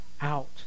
out